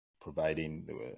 providing